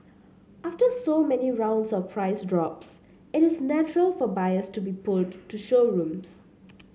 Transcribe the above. after so many rounds of price drops it is natural for buyers to be pulled to showrooms